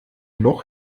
loch